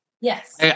yes